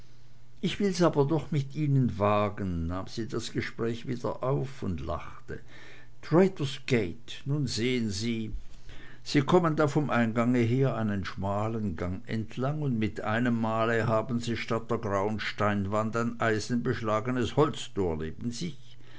ich will's aber doch mit ihnen wagen nahm sie das gespräch wieder auf und lachte traitors gate nun sehen sie sie kommen da vom eingange her einen schmalen gang entlang und mit einem male haben sie statt der grauen steinwand ein eisenbeschlagenes holztor neben sich